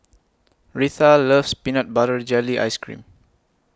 Reatha loves Peanut Butter Jelly Ice Cream